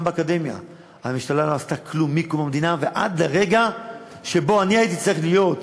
גם באקדמיה הממשלה לא עשתה כלום מקום המדינה ועד לרגע שבו אני הייתי שר